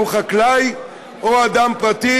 שהוא חקלאי או אדם פרטי,